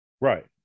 Right